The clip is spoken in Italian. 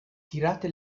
tirate